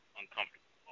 uncomfortable